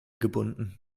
gebunden